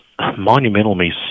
monumentally